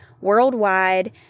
worldwide